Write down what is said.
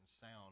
sound